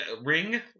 Ring